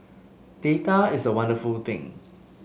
data is a wonderful thing